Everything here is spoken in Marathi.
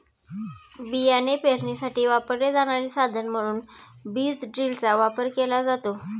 बियाणे पेरणीसाठी वापरले जाणारे साधन म्हणून बीज ड्रिलचा वापर केला जातो